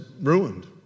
ruined